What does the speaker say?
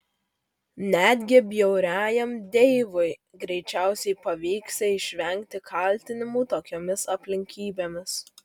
netgi bjauriajam deivui greičiausiai pavyksią išvengti kaltinimų tokiomis aplinkybėmis